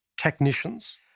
technicians